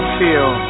feel